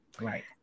right